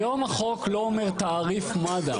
היום החוק לא אומר תעריף מד"א.